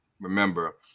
Remember